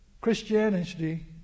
Christianity